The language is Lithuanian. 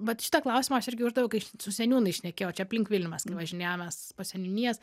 vat šitą klausimą aš irgi uždaviau kai su seniūnais šnekėjau čia aplink vilnių mes kai važinėjomės po seniūnijas